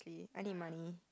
I need money